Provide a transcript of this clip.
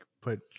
put